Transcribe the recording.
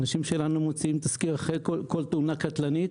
אנשים שלנו מוציאים תזכיר אחרי כל תאונה קטלנית.